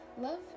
Love